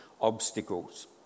obstacles